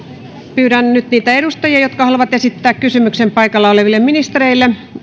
pyydän nyt niitä edustajia jotka haluavat esittää kysymyksen paikalla oleville ministereille